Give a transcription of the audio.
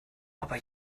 aber